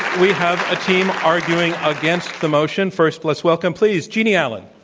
we have a team arguing against the motion. first, let's welcome, please, jeanne allen.